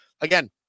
Again